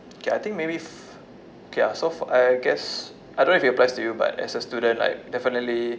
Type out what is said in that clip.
okay I think maybe f~ okay lah so for I guess I don't know if it applies to you but as a student like definitely